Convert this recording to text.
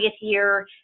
year